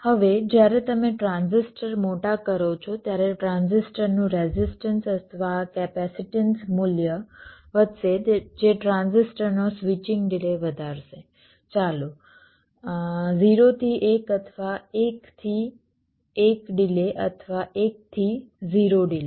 હવે જ્યારે તમે ટ્રાન્ઝિસ્ટર મોટા કરો છો ત્યારે ટ્રાન્ઝિસ્ટરનું રેઝિસ્ટન્સ અથવા કેપેસિટેન્સ મૂલ્ય વધશે જે ટ્રાન્ઝિસ્ટરનો સ્વિચિંગ ડિલે વધારશે ચાલુ 0 થી 1 અથવા 1 થી 1 ડિલે અથવા 1 થી 0 ડિલે